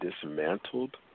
dismantled